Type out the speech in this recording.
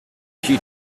she